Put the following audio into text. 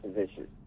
position